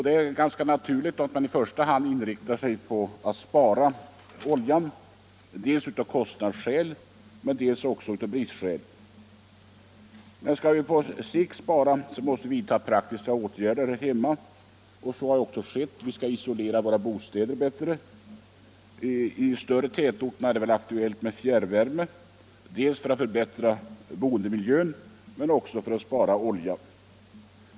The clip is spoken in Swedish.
Det är ganska naturligt att man i första hand inriktar sig på att spara olja dels av kostnadsskäl, dels också av bristskäl. Men skall vi på sikt spara, måste vi vidta praktiska åtgärder här hemma, och så har också skett. Vi skall isolera våra bostäder bättre. I de större tätorterna är det aktuellt med fjärrvärme dels för att förbättra boendemiljön, dels för att spara olja.